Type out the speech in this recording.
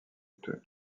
coûteux